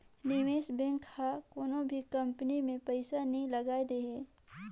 निवेस बेंक हर कोनो भी कंपनी में पइसा नी लगाए देहे